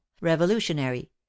revolutionary